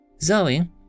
Zoe